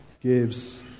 gives